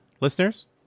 listeners